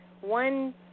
one